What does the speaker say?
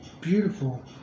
beautiful